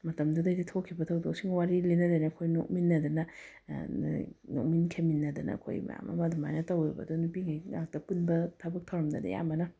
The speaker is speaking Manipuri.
ꯃꯇꯝꯗꯨꯗꯩꯗ ꯊꯣꯛꯈꯤꯕ ꯊꯧꯗꯣꯛꯁꯤꯡ ꯋꯥꯔꯤ ꯂꯤꯅꯗꯅ ꯑꯩꯈꯣꯏ ꯅꯣꯛꯃꯤꯟꯅꯗꯅ ꯅꯣꯛꯃꯤꯟ ꯈꯦꯃꯤꯟꯅꯗꯅ ꯑꯩꯈꯣꯏ ꯃꯌꯥꯝ ꯑꯃ ꯑꯗꯨꯃꯥꯏꯅ ꯇꯧꯋꯦꯕ ꯑꯗꯣ ꯅꯨꯄꯤꯉꯩ ꯉꯥꯛꯇ ꯄꯨꯟꯕ ꯊꯕꯛ ꯊꯧꯔꯝꯗꯗꯤ ꯑꯌꯥꯝꯕꯅ